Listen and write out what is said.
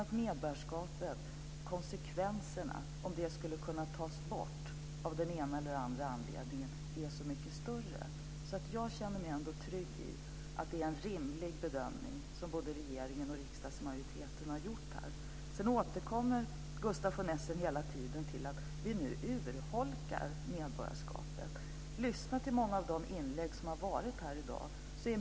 Om medborgarskapet skulle kunna tas bort av den ena eller andra anledningen är konsekvenserna så mycket större. Jag känner mig ändå trygg i att det är en rimlig bedömning som både regeringen och riksdagsmajoriteten har gjort här. Gustaf von Essen återkommer hela tiden till att vi nu urholkar medborgarskapet. Lyssna till många av de inlägg som har gjorts här i dag!